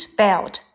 belt 。